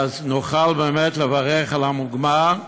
נוכל לברך על המוגמר,